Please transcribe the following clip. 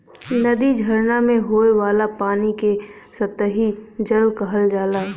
नदी, झरना में होये वाला पानी के सतही जल कहल जाला